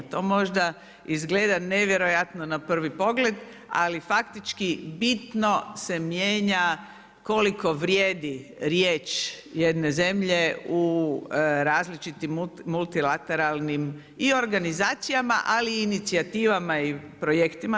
To možda izgleda nevjerojatno na prvi pogled, ali faktički bitno se mijenja koliko vrijedi riječ jedne zemlje u različitim multilateralnim i organizacijama, ali i inicijativama i projektima.